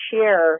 share